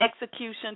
execution